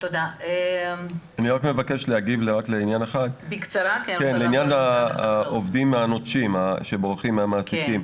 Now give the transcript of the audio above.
אני מבקש להגיב על עניין העובדים הנוטשים שבורחים מהמעסיקים.